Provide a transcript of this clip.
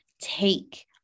take